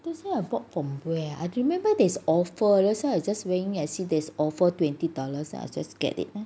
this [one] I bought from where ah I remember there's offer then I just went in and see and see there's offer twenty dollars then I just get it